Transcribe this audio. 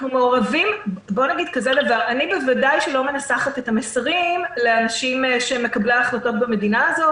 אני בוודאי לא מנסחת את המסרים לאנשים שהם מקבלי ההחלטות במדינה הזאת.